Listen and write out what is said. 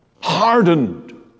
hardened